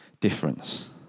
difference